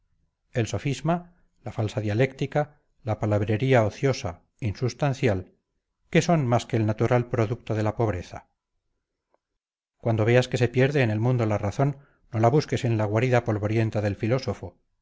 el sofisma la falsa dialéctica la palabrería ociosa insubstancial qué son más que el natural producto de la pobreza cuando veas que se pierde en el mundo la razón no la busques en la guarida polvorienta del filósofo